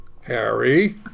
Harry